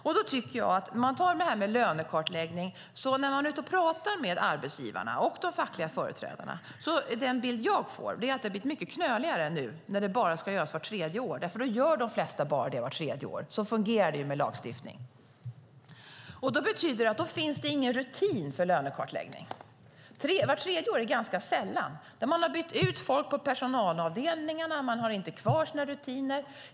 När det gäller lönekartläggning är den bild jag får när jag är ute och pratar med arbetsgivarna och de fackliga företrädarna att det har blivit mycket knöligare när det bara ska göras vart tredje år, för då gör de flesta det bara vart tredje år. Så fungerar det ju med lagstiftning. Det betyder att det då inte finns någon rutin för lönekartläggning. Vart tredje år är ganska sällan. Man har bytt ut folk på personalavdelningarna. Man har inte kvar sina rutiner.